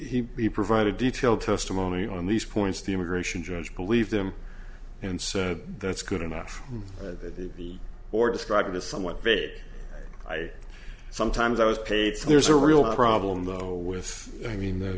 the he provided detailed testimony on these points the immigration judge believed them and so that's good enough that he or described it as somewhat vague i sometimes i was paid so there's a real problem though with i mean th